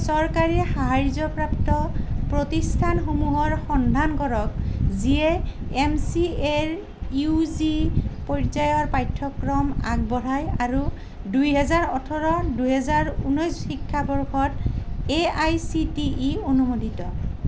চৰকাৰী সাহায্যপ্ৰাপ্ত প্ৰতিষ্ঠানসমূহৰ সন্ধান কৰক যিয়ে M C R U G পৰ্যায়ৰ পাঠ্যক্ৰম আগবঢ়াই আৰু দুই হাজাৰ ওঠৰ দুহেজাৰ ঊনৈছ শিক্ষাবৰ্ষত A I C T E অনুমোদিত